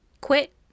quit